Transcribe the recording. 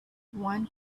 one